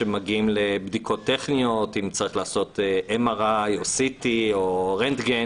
כשמגיעים לבדיקות טכניות MRI, C.T או רנטגן